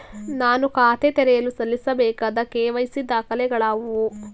ನಾನು ಖಾತೆ ತೆರೆಯಲು ಸಲ್ಲಿಸಬೇಕಾದ ಕೆ.ವೈ.ಸಿ ದಾಖಲೆಗಳಾವವು?